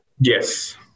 Yes